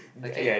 okay